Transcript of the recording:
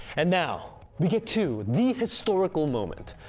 and now we get to the historical moment,